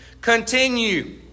Continue